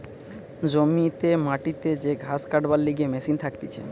জমিতে মাটিতে যে ঘাস কাটবার লিগে মেশিন থাকতিছে